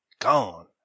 gone